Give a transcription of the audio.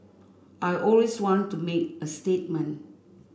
I always want to make a statement